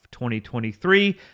2023